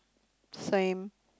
same